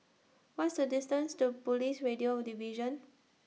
What IS The distance to Police Radio Division